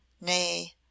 Nay